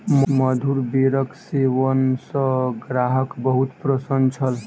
मधुर बेरक सेवन सॅ ग्राहक बहुत प्रसन्न छल